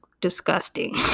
disgusting